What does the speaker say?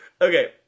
Okay